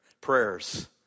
prayers